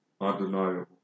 Undeniable